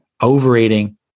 Overeating